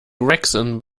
gregson